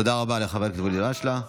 תודה רבה לחבר הכנסת ואליד אלהואשלה.